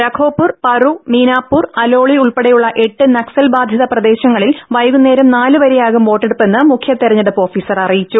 രാഘോപുർ പറു മിനാപുർ അലോളി ഉൾപ്പെടെയുള്ള എട്ട് നക്സൽ ബാധിത പ്രദേശങ്ങളിൽ വൈകുന്നേരം നാല് വരെയാകും വോട്ടെടുപ്പെന്ന് മുഖ്യ തെരഞ്ഞെടുപ്പ് ഓഫീസർ അറിയിച്ചു